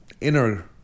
inner